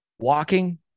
Walking